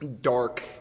dark